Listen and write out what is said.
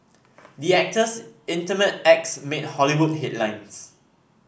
the actors' intimate acts made Hollywood headlines